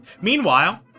Meanwhile